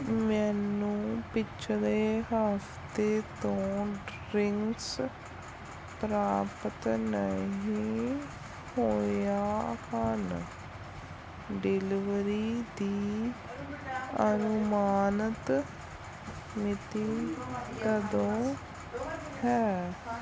ਮੈਨੂੰ ਪਿਛਲੇ ਹਫ਼ਤੇ ਤੋਂ ਡਰਿੰਕਸ ਪ੍ਰਾਪਤ ਨਹੀਂ ਹੋਇਆ ਹਨ ਡਿਲੀਵਰੀ ਦੀ ਅਨੁਮਾਨਿਤ ਮਿਤੀ ਕਦੋਂ ਹੈ